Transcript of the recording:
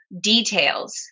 details